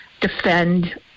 defend